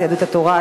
יהדות התורה,